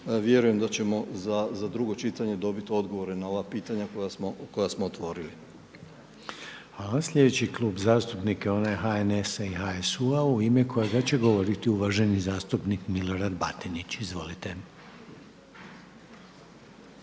vjerujem da ćemo za drugo čitanje dobiti odgovore na ova pitanja koja smo otvorili. **Reiner, Željko (HDZ)** Hvala. Sljedeći Klub zastupnika onaj HNS-HSU-a u ime kojega će govoriti uvaženi zastupnik Milorad Batinić. Izvolite.